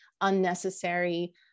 unnecessary